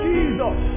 Jesus